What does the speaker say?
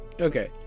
Okay